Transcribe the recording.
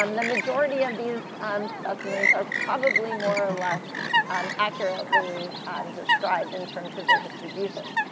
um the majority of these specimens are probably more or less um accurately described in terms of their distributions.